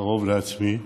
קרוב לעצמי,